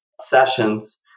sessions